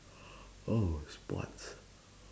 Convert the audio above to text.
oh sports